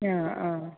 ആ ആ